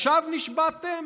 לשווא נשבעתם